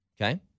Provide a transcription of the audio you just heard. Okay